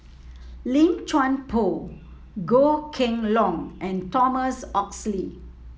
Lim Chuan Poh Goh Kheng Long and Thomas Oxley